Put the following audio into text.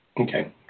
Okay